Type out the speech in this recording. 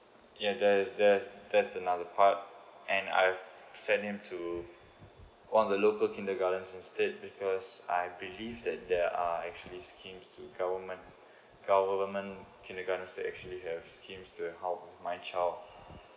yeah there's there's there's another part and I've send him to one of the local kindergartens instead because I believe that there are actually scheme to government government kindergarten that's actually have scheme to help my child